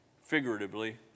figuratively